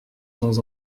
temps